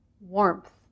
warmth